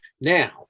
Now